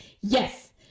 Yes